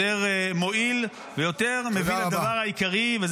יותר מועיל ויותר מוביל לדבר העיקרי.